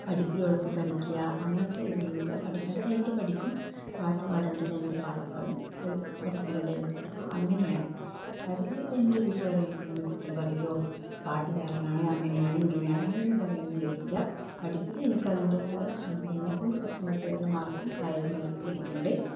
പഠിപ്പിൽ ഉഴപ്പി കളിക്കുക അങ്ങനത്തെ ഇതൊന്നുമില്ലാ പഠിക്കേണ്ട ടൈമിൽ പഠിക്കും പാട്ടു പാടേണ്ട ടൈമിൽ പാട്ടുപാടും അത് പഠിക്കേണ്ട ടൈമിൽ പഠിക്കും അങ്ങനെയാണ് അതിൽ എൻ്റെ വീട്ടുകാർ ഒരിക്കലും എന്നെ കുറ്റം പറയുകയോ പാട്ടു കാരണമാണ് അങ്ങനെയാണ് ഇങ്ങനെയാണ് അങ്ങനെയൊന്നും പറയൊന്നും ചെയ്തിട്ടില്ല പഠിപ്പിൽ എനിക്ക് അതിൻ്റെതായ എന്നെ കൊണ്ട് പറ്റുന്നത്രയുള്ള മാർക്കും കാര്യങ്ങളും ഒക്കെ എനിക്കുണ്ട്